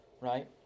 right